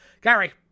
Gary